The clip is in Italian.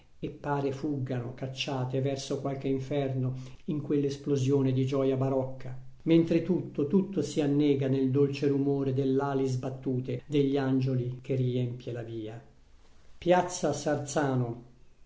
e pare fuggano cacciate verso qualche inferno in quell'esplosione di gioia barocca mentre tutto tutto si annega nel dolce rumore dell'ali sbattute degli angioli che riempie la via